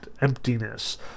emptiness